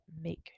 make